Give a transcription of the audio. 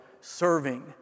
serving